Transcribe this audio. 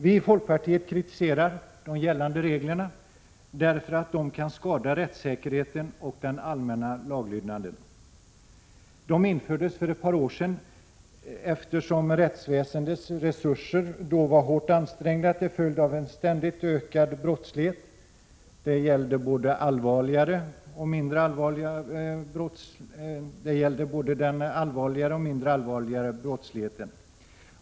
Vi i folkpartiet kritiserar de gällande reglerna därför att de kan skada rättssäkerheten och den allmänna laglydnaden. Reglerna infördes för ett par år sedan eftersom rättsväsendets resurser då var hårt ansträngda till följd av en ständigt ökad brottslighet. Det gällde både den allvarligare och den mindre allvarliga brottsligheten.